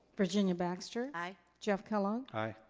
virginia baxter? aye. jeff kellogg? aye.